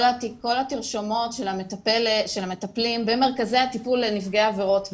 כל התרשומות של המטפלים במרכזי הטיפול לנפגעי עבירות מין,